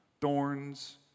Thorns